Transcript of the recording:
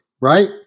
right